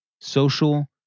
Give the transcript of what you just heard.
social